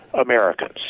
Americans